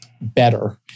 better